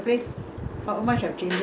the the north bridge road